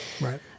Right